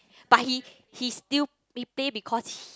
but he he still he play because he